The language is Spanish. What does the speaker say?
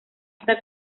esta